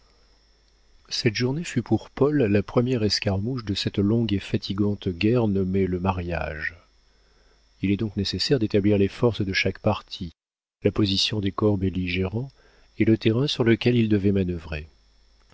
cette journée fut pour paul la première escarmouche de cette longue et fatigante guerre nommée le mariage il est donc nécessaire d'établir les forces de chaque parti la position des corps belligérants et le terrain sur lequel ils devaient